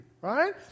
right